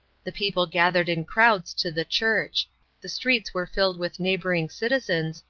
the people gathered in crowds to the church the streets were filled with neighboring citizens,